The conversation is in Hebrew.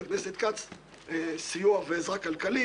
שבו היה מצוי חבר הכנסת כץ בתקופה הרלוונטית.